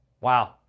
Wow